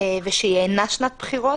ושהיא אינה שנת בחירות,